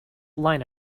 line